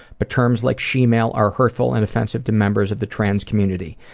but terms like she-male are harmful and offensive to members of the trans community.